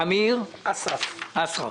התאחדות הסטודנטים,